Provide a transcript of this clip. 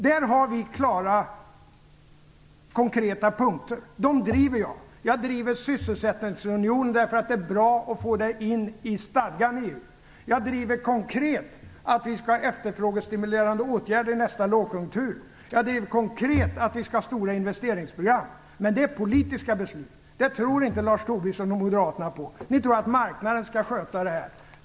Där har vi klara, konkreta punkter, och jag driver dem. Jag driver sysselsättningsunionen, därför att det är bra att få in det i stadgan i EU. Jag driver konkret att vi skall ha efterfrågestimulerande åtgärder i nästa lågkonjunktur. Jag driver konkret att vi skall ha stora investeringsprogram. Men det är politiska beslut. Det tror inte Lars Tobisson och Moderaterna på. Ni tror att marknaden skall sköta det här.